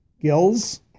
gills